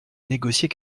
négocier